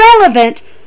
relevant